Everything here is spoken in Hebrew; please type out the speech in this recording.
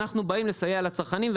אנחנו באים לסייע לצרכנים,